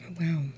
Wow